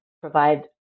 Provide